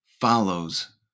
follows